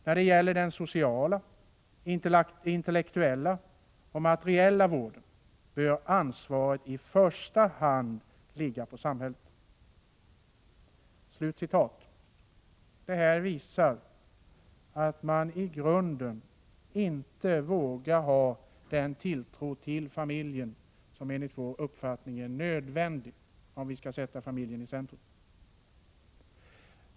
När det gäller den sociala, intellektuella och materiella vården bör ansvaret i första hand ligga på samhället...” Detta visar att man i grunden inte vågar ha den tilltro till familjen som enligt vår uppfattning är nödvändig, om man skall sätta familjen i centrum.